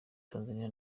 tanzania